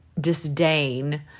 disdain